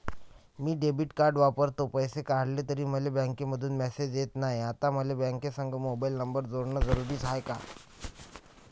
मी debit card वापरतो, पैसे काढले तरी मले बँकेमंधून मेसेज येत नाय, आता मले बँकेसंग मोबाईल नंबर जोडन जरुरीच हाय का?